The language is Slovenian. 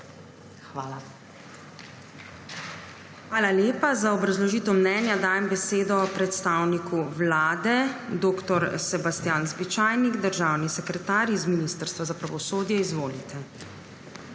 Hvala lepa. Za obrazložitev mnenja dajem besedo predstavniku Vlade. Dr. Sebastjan Zbičajnik, državni sekretar z Ministrstva za pravosodje, izvolite.